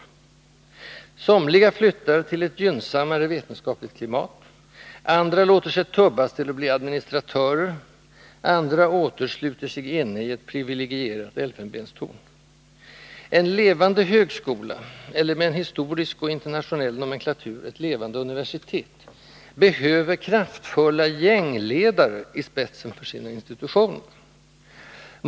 Somliga flyttar till ett gynnsammare vetenskapligt klimat, andra låter sig tubbas till att bli administratörer, andra åter sluter sig inne i ett privilegierat elfenbenstorn. En levande högskola eller, med en historisk och internationell nomenklatur, ett levande universitet behöver kraftfulla ”gängledare” i spetsen för sina institutioner.